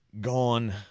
gone